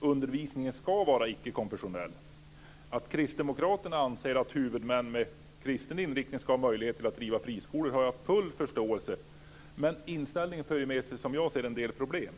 undervisningen ska vara icke-konfessionell. Att kristdemokraterna anser att huvudmän med kristen inriktning ska ha möjlighet att driva friskolor har jag full förståelse för, men som jag ser det för den inställningen med sig en del problem.